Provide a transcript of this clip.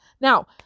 Now